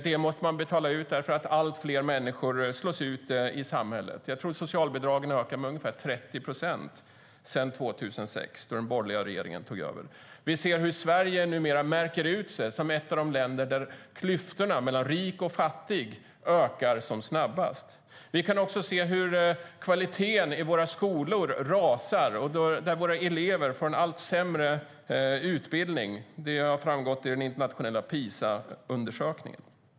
Det måste man betala ut eftersom allt fler människor slås ut i samhället. Jag tror att socialbidragen har ökat med ungefär 30 procent sedan 2006, då den borgerliga regeringen tog över. Vi ser hur Sverige numera märker ut sig som ett av de länder där klyftorna mellan rik och fattig ökar snabbast. Vi kan också se hur kvaliteten i våra skolor rasar och våra elever får en allt sämre utbildning. Det har framgått av den internationella PISA-undersökningen.